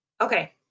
Okay